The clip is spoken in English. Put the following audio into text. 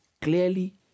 clearly